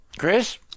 Chris